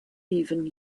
even